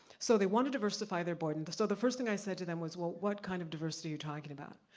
so they wanna diversify their board and so, the first thing i said to them was, what what kind of diversity are you talking about?